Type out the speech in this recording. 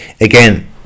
again